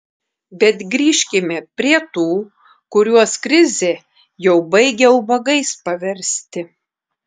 bet grįžkime prie tų kuriuos krizė jau baigia ubagais paversti